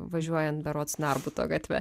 važiuojant berods narbuto gatve